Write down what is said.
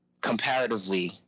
comparatively